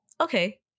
Okay